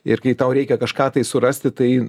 ir kai tau reikia kažką tai surasti tai